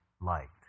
liked